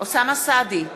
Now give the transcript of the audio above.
אוסאמה סעדי,